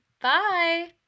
Bye